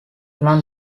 lon